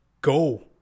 go